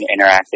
interactive